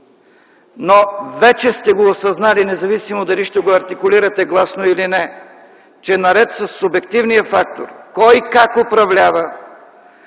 Вече сте осъзнали, независимо дали ще го артикулирате гласно или не, че наред със субективния фактор - кой как управлява,